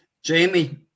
Jamie